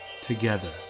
together